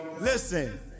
Listen